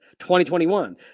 2021